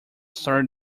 started